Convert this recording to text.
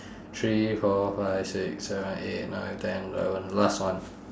three four five six seven eight nine ten eleven last one